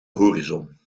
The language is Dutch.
horizon